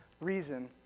reason